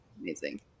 amazing